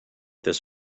this